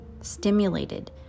stimulated